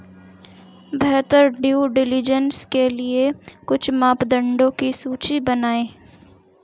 बेहतर due diligence के लिए कुछ मापदंडों की सूची बनाएं?